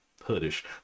hoodish